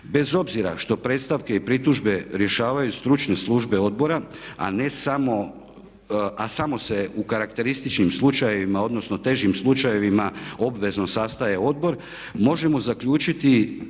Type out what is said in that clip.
Bez obzira što predstavke i pritužbe rješavaju stručne službe odbora, a samo se u karakterističnim slučajevima odnosno težim slučajevima obvezno sastaje odbor možemo zaključiti